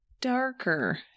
darker